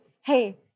hey